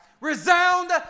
resound